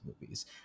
movies